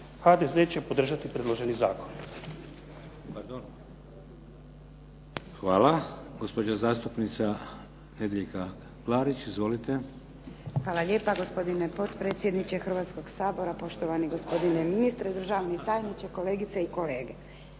HDZ će podržati predloženi zakon.